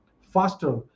faster